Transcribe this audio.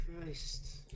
Christ